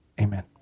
amen